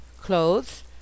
Clothes